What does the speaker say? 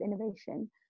innovation